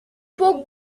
both